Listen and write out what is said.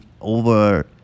over